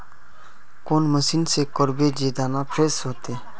कौन मशीन से करबे जे दाना फ्रेस होते?